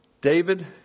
David